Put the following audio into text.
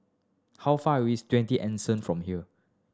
how far away is Twenty Anson from here